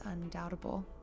undoubtable